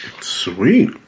Sweet